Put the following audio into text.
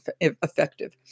effective